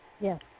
Yes